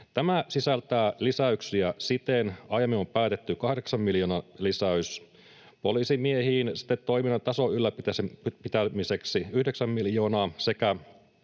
Tämä sisältää lisäyksiä siten, että aiemmin on päätetty 8 miljoonan lisäys poliisimiehiin, sitten toiminnan tason ylläpitämiseksi 9 miljoonaa, sekä